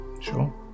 Sure